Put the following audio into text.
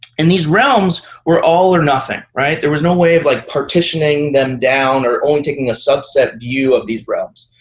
and these realms were all or nothing. there was no way of like partitioning them down or only taking a subset view of these realms.